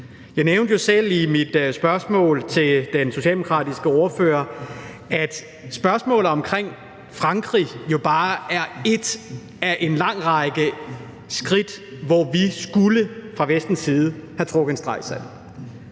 Jeg nævnte jo selv i mit spørgsmål til den socialdemokratiske ordfører, at spørgsmålet om Frankrig jo bare er ét af en lang række skridt, hvor vi fra Vestens side skulle havet trukket en streg i